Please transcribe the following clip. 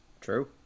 true